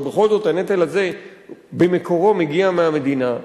ובכל זאת הנטל הזה במקורו מגיע מהמדינה,